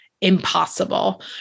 impossible